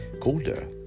colder